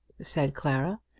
said clara.